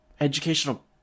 educational